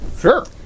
Sure